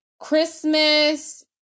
christmas